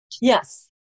Yes